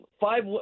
five